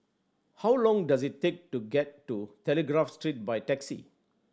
how long does it take to get to Telegraph Street by taxi